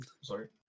Sorry